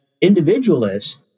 individualists